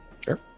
Sure